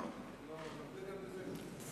או בוועדה מוועדות